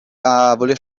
fare